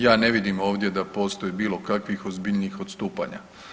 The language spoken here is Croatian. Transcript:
Ja ne vidim ovdje da postoji bilo kakvih ozbiljnijih odstupanja.